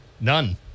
None